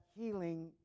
healing